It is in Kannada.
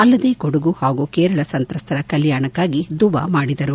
ಅಲ್ಲದೇ ಕೊಡಗು ಹಾಗೂ ಕೇರಳ ಸಂತ್ರಸ್ತರ ಕಲ್ಕಾಣಕ್ಕಾಗಿ ದುವಾ ಮಾಡಿದರು